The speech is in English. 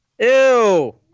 Ew